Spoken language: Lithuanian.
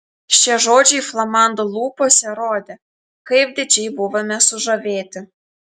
šie žodžiai flamando lūpose rodė kaip didžiai buvome sužavėti